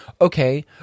okay